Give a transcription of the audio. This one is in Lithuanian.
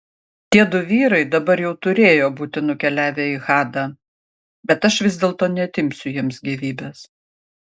tiedu vyrai dabar jau turėjo būti nukeliavę į hadą bet aš vis dėlto neatimsiu jiems gyvybės